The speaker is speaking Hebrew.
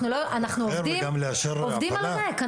לתמחר וגם לאשר --- אחרת אנחנו עובדים על ריק.